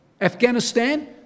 Afghanistan